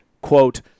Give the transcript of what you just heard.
quote